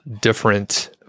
different